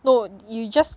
no you just